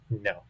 no